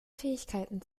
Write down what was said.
fähigkeiten